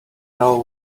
know